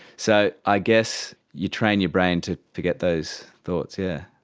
so i guess you train your brain to to get those thoughts, yeah.